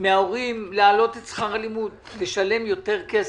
מההורים להעלות את שכר הלימוד, לשלם יותר כסף.